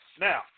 Now